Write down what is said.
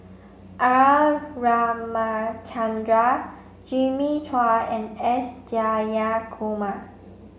R Ramachandran Jimmy Chua and S Jayakumar